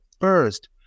first